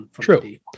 True